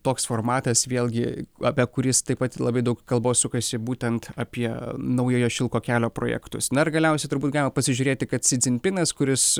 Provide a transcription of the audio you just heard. toks formatas vėlgi apie kuris taip pat labai daug kalbos sukasi būtent apie naujojo šilko kelio projektus na ir galiausiai turbūt galima pasižiūrėti kad si dzinpinas kuris